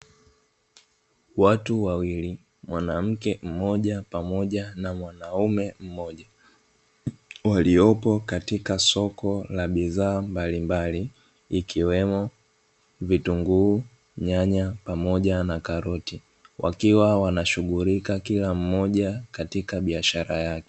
Watu wawili mwanamke mmoja pamoja na mwanaume mmoja, waliopo katika soko la bidhaa mbalimbali ikiwemo vitunguu, nyanya pamoja na karoti wakiwa wanashughulika kila mmoja katika biashara yake.